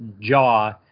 jaw